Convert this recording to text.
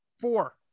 Four